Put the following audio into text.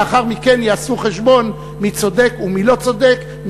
ולאחר מכן יעשו חשבון מי צודק ומי לא צודק,